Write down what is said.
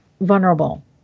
vulnerable